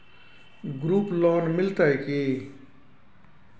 Group loan मिलतै की?